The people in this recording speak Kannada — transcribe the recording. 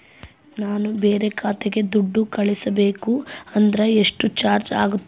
ನಾನು ಬೇರೆ ಖಾತೆಗೆ ದುಡ್ಡು ಕಳಿಸಬೇಕು ಅಂದ್ರ ಎಷ್ಟು ಚಾರ್ಜ್ ಆಗುತ್ತೆ?